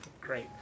Great